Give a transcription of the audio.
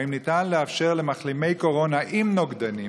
האם ניתן לאפשר למחלימי קורונה עם נוגדנים